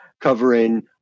covering